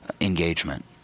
engagement